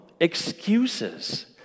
excuses